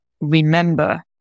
remember